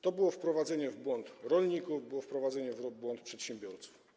To było wprowadzenie w błąd rolników, to było wprowadzenie w błąd przedsiębiorców.